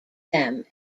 them